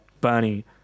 Bernie